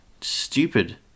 Stupid